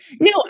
no